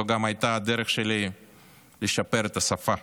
זו גם הייתה הדרך שלי לשפר את השפה.